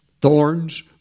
thorns